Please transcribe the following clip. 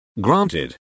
Granted